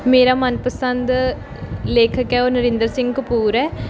ਮੇਰਾ ਮਨਪਸੰਦ ਲੇਖਕ ਹੈ ਉਹ ਨਰਿੰਦਰ ਸਿੰਘ ਕਪੂਰ ਹੈ